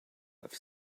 have